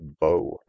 bow